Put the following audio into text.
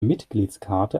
mitgliedskarte